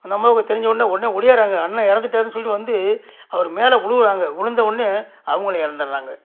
அந்த அம்மாவுக்கு தெரிஞ்சவொடன்னே உடனே ஓடிவறாங்க அண்ணன் இறந்துட்டாருன் சொல்லிட்டு வந்து அவர் மேலே விளுவுறாங்க விளுந்தவொன்னே அவங்களும் இறந்துட்றாங்க